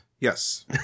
Yes